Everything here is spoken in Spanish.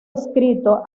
escrito